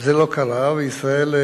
זה לא קרה, וישראל,